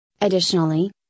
Additionally